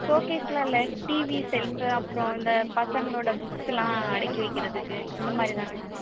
ஷோகேஷ்யெலாம் இல்லை TV shelf அப்புறம் இந்த பசங்களோட புக்ஸ்யெலாம் அடுக்கி வைக்கிறதுக்கு இந்த மாதிரி தாங்க மேம்